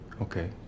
Okay